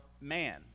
man